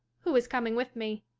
who is coming with me.